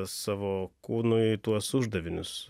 savo kūnui tuos uždavinius